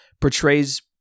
portrays